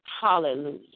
Hallelujah